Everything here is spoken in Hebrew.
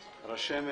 רשמת,